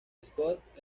scott